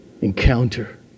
encounter